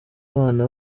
abana